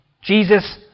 Jesus